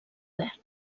verd